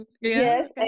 Yes